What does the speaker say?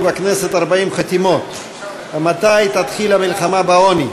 בכנסת "40 חתימות": מתי תתחיל המלחמה בעוני?